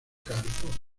california